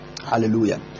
Hallelujah